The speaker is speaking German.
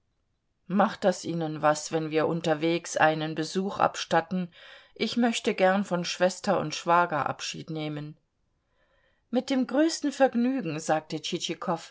macht das ihnen was wenn wir unterwegs einen besuch abstatten ich möchte gern von schwester und schwager abschied nehmen mit dem größten vergnügen sagte